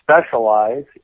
specialize